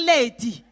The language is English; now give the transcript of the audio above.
Lady